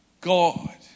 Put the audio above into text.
God